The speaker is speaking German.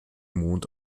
mond